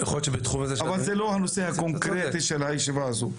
אבל זה לא הנושא הקונקרטי של הישיבה הזאת.